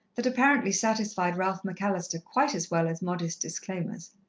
that apparently satisfied ralph mcallister quite as well as modest disclaimers.